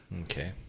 Okay